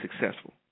successful